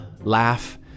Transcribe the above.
...laugh